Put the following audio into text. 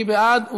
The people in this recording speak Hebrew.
מי בעד?